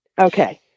Okay